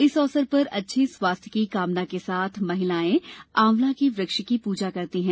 इस अवसर पर अच्छे स्वास्थ्य की कामना के साथ महिलाएं आंवला के वृक्ष की पूजा करती हैं